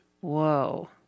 Whoa